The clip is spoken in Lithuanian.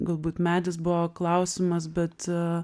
galbūt medis buvo klausimas bet